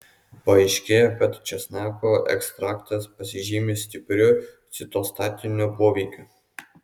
paaiškėjo kad česnako ekstraktas pasižymi stipriu citostatiniu poveikiu